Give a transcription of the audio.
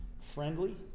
friendly